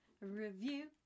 review